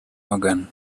organ